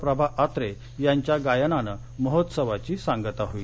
प्रभा अत्रे यांच्या गायनाने महोत्सवाची सांगता होईल